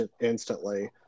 instantly